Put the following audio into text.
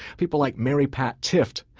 people like mary-pat tifft.